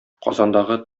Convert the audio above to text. казандагы